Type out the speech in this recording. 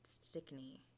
Stickney